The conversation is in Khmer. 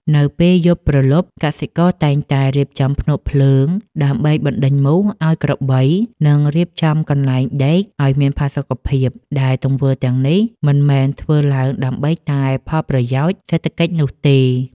នៅពេលយប់ព្រលប់ កសិករតែងតែរៀបចំភ្នក់ភ្លើងដើម្បីបណ្តេញមូសឱ្យក្របី និងរៀបចំកន្លែងដេកឱ្យមានផាសុកភាព ដែលទង្វើទាំងនេះមិនមែនធ្វើឡើងដើម្បីតែផលប្រយោជន៍សេដ្ឋកិច្ចនោះទេ។